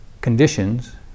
conditions